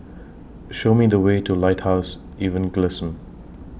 Show Me The Way to Lighthouse Evangelism